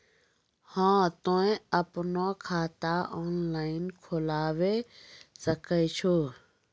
हाँ तोय आपनो खाता ऑनलाइन खोलावे सकै छौ?